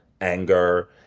anger